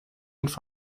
und